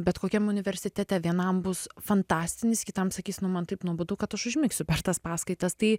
bet kokiam universitete vienam bus fantastinis kitam sakys nu man taip nuobodu kad užmigsiu per tas paskaitas tai